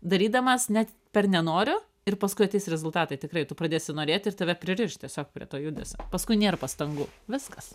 darydamas net per nenoriu ir paskui ateis rezultatai tikrai tu pradėsi norėti ir tave pririš tiesiog prie to judesio paskui nėr pastangų viskas